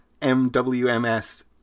MWMS